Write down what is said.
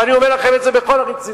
ואני אומר לכם את זה בכל הרצינות.